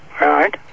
Right